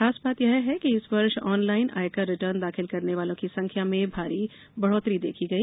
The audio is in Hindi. खास बात यह है कि इस वर्ष ऑनलाइन आयकर रिटर्न दाखिल करने वालों की संख्या में भारी बढ़ोतरी देखी गई